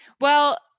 Well-